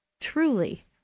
truly